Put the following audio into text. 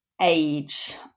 age